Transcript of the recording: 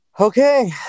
Okay